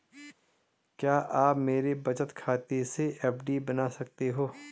क्या आप मेरे बचत खाते से एफ.डी बना सकते हो?